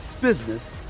business